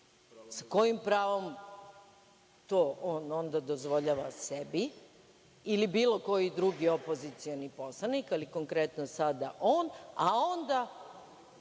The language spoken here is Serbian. Sa kojim pravom to on onda dozvoljava sebi ili bilo koji drugi opozicioni poslanik, ali konkretno sada on, a onda